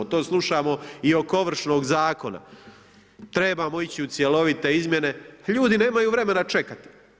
To slušamo i oko Ovršnog zakona, trebamo ići u cjelovite izmjene, a ljudi nemaju vremena čekat.